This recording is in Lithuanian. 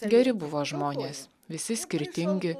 geri buvo žmonės visi skirtingi